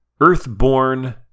Earthborn